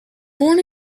born